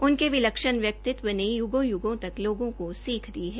उनके विलक्षण व्यक्तित्व ने यूगों युगो तक लोगों को सीख दी है